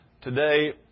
Today